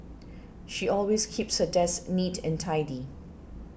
she always keeps her desk neat and tidy